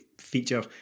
feature